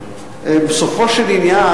בסופו של עניין,